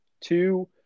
two